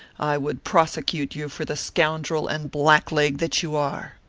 i would prosecute you for the scoundrel and black-leg that you are.